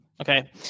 Okay